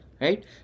Right